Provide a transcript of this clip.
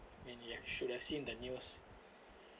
when you have should have seen the news